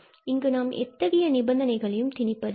இங்கு நாம் எத்தகைய நிபந்தனைகளையும் திணிப்பது இல்லை